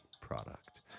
product